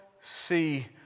see